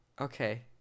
Okay